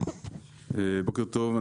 בוקר טוב.